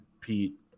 Pete